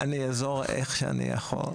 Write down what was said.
אני אעזור איך שאני יכול.